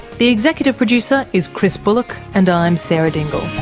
the executive producer is chris bullock, and i'm sarah dingle